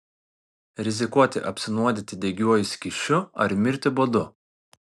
rizikuoti apsinuodyti degiuoju skysčiu ar mirti badu